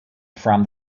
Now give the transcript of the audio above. from